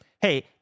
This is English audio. hey